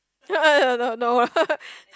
uh uh no no